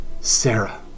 Sarah